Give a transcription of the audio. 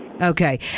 Okay